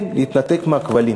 כן, להתנתק מהכבלים.